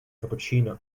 cappuccino